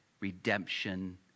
redemption